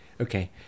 okay